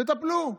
תטפלו.